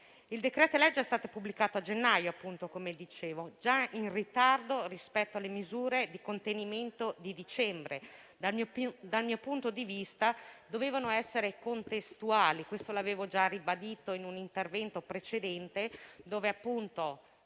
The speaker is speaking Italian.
Il decreto-legge è stato pubblicato a gennaio, come dicevo, già in ritardo rispetto alle misure di contenimento di dicembre. Dal mio punto di vista, avrebbero dovuto essere contestuali, come ho già ribadito in un intervento precedente: quando